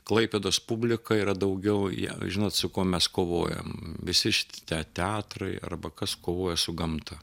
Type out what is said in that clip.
klaipėdos publika yra daugiau ją žino su kuo mes kovojam visi šiti teatrai arba kas kovoja su gamta